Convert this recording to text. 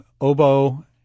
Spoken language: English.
Oboe